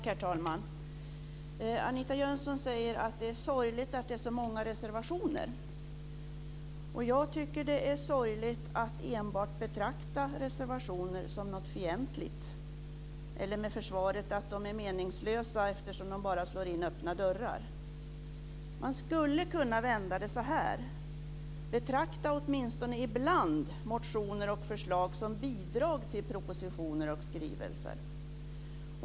Herr talman! Anita Jönsson säger att det är sorgligt att det är så många reservationer. Jag tycker att det är sorgligt att betrakta reservationer enbart som fientliga eller som meningslösa därför att de bara slår in öppna dörrar. Man skulle kunna vända det så här: Betrakta åtminstone ibland motioner och förslag som bidrag till propositioner och skrivelser!